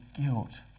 guilt